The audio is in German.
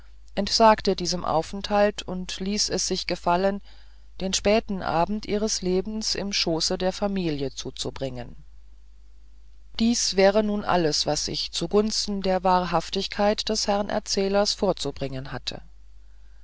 entsagte diesem aufenthalt und ließ es sich gefallen den späten abend ihres lebens im schoße der familie zuzubringen dies wäre nun alles was ich zugunsten der wahrhaftigkeit des herrn erzählers vorzubringen hatte